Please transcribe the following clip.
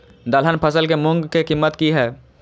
दलहन फसल के मूँग के कीमत की हय?